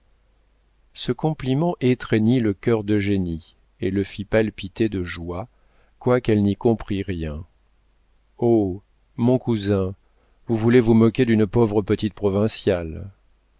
ce compliment étreignit le cœur d'eugénie et le fit palpiter de joie quoiqu'elle n'y comprît rien oh mon cousin vous voulez vous moquer d'une pauvre petite provinciale